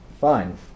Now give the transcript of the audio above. fine